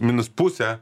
minus pusę